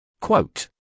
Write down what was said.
Quote